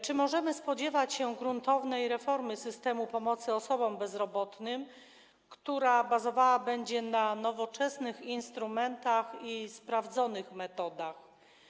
Czy możemy spodziewać się gruntownej reformy systemu pomocy osobom bezrobotnym, która będzie się opierała na nowoczesnych instrumentach i sprawdzonych metodach?